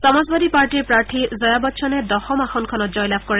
সমাজবাদী পাৰ্টিৰ প্ৰাৰ্থী জয়া বচ্চনে দশম আসনখনত জয়লাভ কৰে